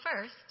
first